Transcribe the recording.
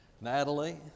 Natalie